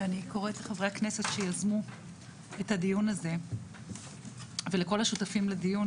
ואני קוראת לחברי הכנסת שיזמו את הדיון הזה ולכל השותפים לדיון,